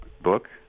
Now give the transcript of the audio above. book